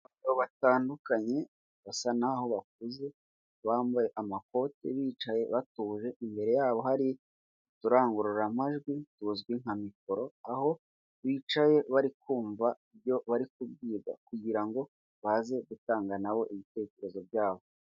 Ibicupa binini, amaji ndetse n'ibindi bicuruzwa bigezweho usanga bihenze cyane mu masoko acuruza ibiribwa mu mujyi wa Kigali abantu benshi babigana barinubira igiciro kiri hejuru.